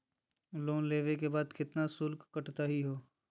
Loan लेवे के बाद केतना शुल्क कटतही हो?